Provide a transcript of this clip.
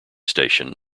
station